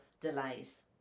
delays